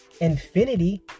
Infinity